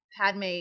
Padme